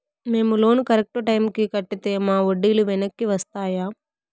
మేము loan correct టైముకి కట్టితే మాకు వడ్డీ లు వెనక్కి వస్తాయా?